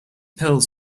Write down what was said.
pills